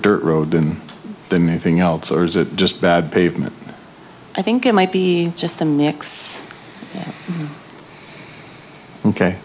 dirt road than than anything else or is it just bad pavement i think it might be just the n